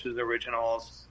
Originals